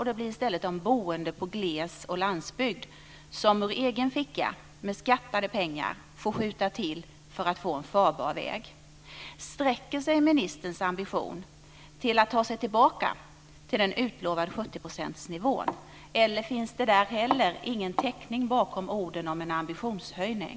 Det blir i stället de boende i gles och landsbygd som ur egen ficka med skattade pengar får skjuta till för att få en farbar väg. Sträcker sig ministerns ambition till att ta sig tillbaka till den utlovade nivån 70 %, eller finns det ingen täckning bakom orden om en ambitionshöjning?